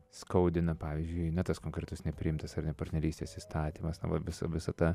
skaudina pavyzdžiui na tas konkretus nepriimtas ar ne partnerystės įstatymas na va visa visa ta